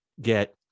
get